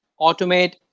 automate